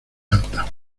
alta